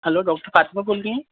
hello doctor Fatima بول رہی ہیں